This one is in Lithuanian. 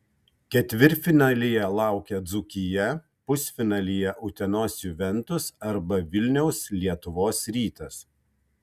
ketvirtfinalyje laukia dzūkija pusfinalyje utenos juventus arba vilniaus lietuvos rytas